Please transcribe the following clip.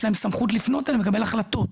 סמכות לפנות אליהם, לקבל החלטות.